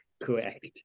Correct